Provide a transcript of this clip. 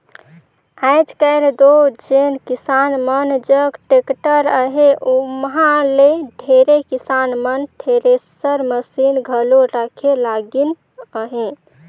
आएज काएल दो जेन किसान मन जग टेक्टर अहे ओमहा ले ढेरे किसान मन थेरेसर मसीन घलो रखे लगिन अहे